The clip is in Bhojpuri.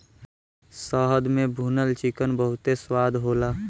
शहद में भुनल चिकन बहुते स्वाद होला